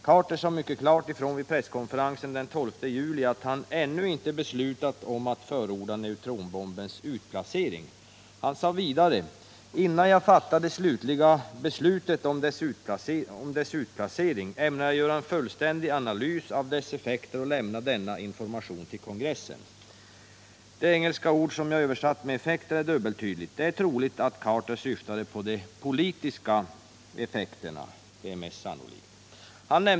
Carter sade mycket klart ifrån vid presskonferensen den 12 juli att han ”ännu inte beslutat om att förorda neutronbombens utplacering”. Han sade vidare: ”Innan jag fattar det slutliga beslutet om dess utplacering, ämnar jag göra en fullständig analys av dess effekter och lämna denna information till kongressen.” Det engelska ord som jag har översatt med ”effekter” är dubbeltydigt. Troligtvis syftade Carter på de politiska effekterna.